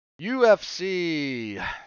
UFC